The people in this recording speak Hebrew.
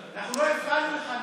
אנחנו לא הפרענו לך,